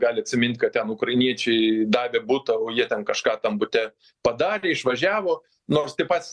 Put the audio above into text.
gali atsimint kad ten ukrainiečiai davė butą o jie ten kažką tam bute padarė išvažiavo nors tie patys